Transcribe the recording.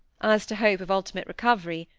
as to hope of ultimate recovery,